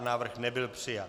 Návrh nebyl přijat.